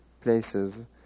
places